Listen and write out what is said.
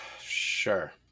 Sure